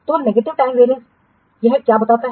तो negative time variance यह क्या बताता है